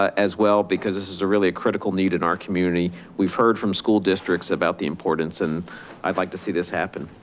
as well, because this is a really a critical need in our community. we've heard from school districts about the importance and i'd like to see this happen.